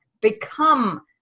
become